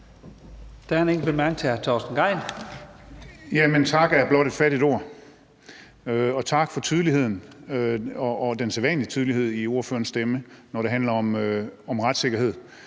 Tak for tydeligheden, den sædvanlige tydelighed, i ordførerens stemme, når det handler om retssikkerhed,